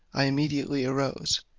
i immediately arose,